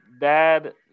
dad